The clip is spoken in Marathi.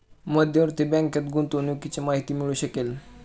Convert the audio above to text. मध्यवर्ती बँकेत गुंतवणुकीची माहिती मिळू शकेल